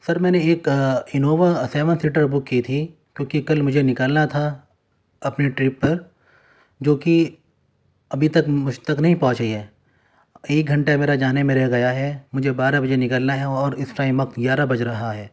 سر میں نے ایک انووا سیون سیٹر بک کی تھی کیوںکہ کل مجھے نکلنا تھا اپنے ٹرپ پر جو کہ ابھی تک مجھ تک نہیں پہنچی ہے ایک گھنٹہ میرا جانے میں رہ گیا ہے مجھے بارہ بجے نکلنا ہے اور اس ٹائم وقت گیارہ بج رہا ہے